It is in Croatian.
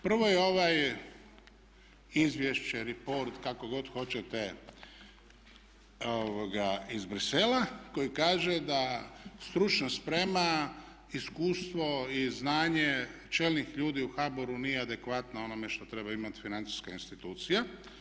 Prvo je ovo izvješće, report kako god hoćete iz Bruxellesa koji kaže da stručna sprema, iskustvo i znanje čelnih ljudi u HBOR-u nije adekvatno onome što treba imati financijska institucija.